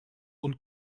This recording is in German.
und